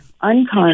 Unconscious